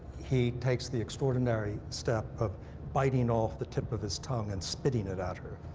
he takes the extraordinary step of biting off the tip of his tongue and spitting it at her.